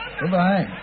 goodbye